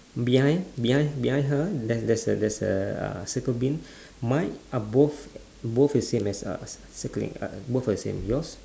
behind behind behind her there there's a there's a uh recycle bin mine are both both is same as uh recycling uh both is the same yours